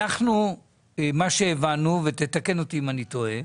אנחנו ממה שהבנו, ותקן אותי אם אני טועה,